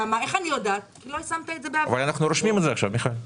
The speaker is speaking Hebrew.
אנחנו רושמים את זה עכשיו.